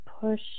push